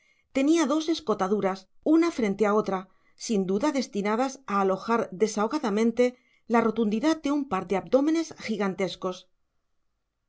tenía dos escotaduras una frente a otra sin duda destinadas a alojar desahogadamente la rotundidad de un par de abdómenes gigantescos